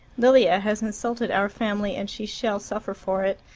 lilia has insulted our family, and she shall suffer for it.